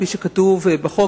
כפי שכתוב בחוק,